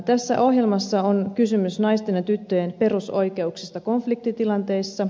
tässä ohjelmassa on kysymys naisten ja tyttöjen perusoikeuksista konfliktitilanteissa